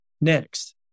Next